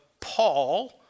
Paul